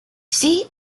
see